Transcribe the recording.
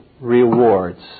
rewards